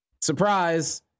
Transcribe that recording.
surprise